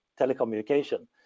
telecommunication